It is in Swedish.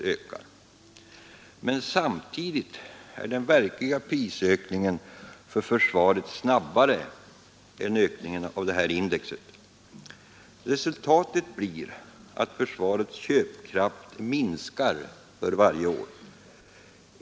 Men samtidigt är den verkliga prisökningen för försvaret snabbare än ökningen av detta index. Resultatet blir att försvarets köpkraft minskar för varje år.